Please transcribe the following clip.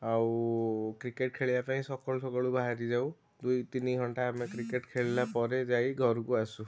ଆଉ କ୍ରିକେଟ୍ ଖେଳିବା ପାଇଁ ସକାଳୁ ସକାଳୁ ବାହାରି ଯାଉ ଦୁଇ ତିନି ଘଣ୍ଟା ଆମେ କ୍ରିକେଟ୍ ଖେଳିଲା ପରେ ଯାଇ ଘରକୁ ଆସୁ